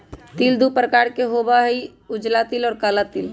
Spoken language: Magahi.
तिल दु प्रकार के होबा हई उजला तिल और काला तिल